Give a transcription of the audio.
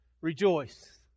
Rejoice